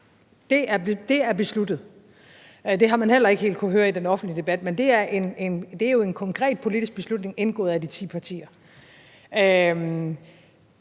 Det er besluttet. Det har man heller ikke helt kunnet høre i den offentlige debat, men det er jo en konkret politisk beslutning truffet af de ti partier.